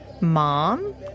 Mom